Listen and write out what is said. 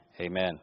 Amen